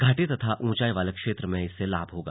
घाटी तथा ऊंचाई वाले क्षेत्र में इससे लाभ होगा